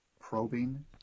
Probing